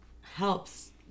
helps